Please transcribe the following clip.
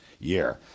year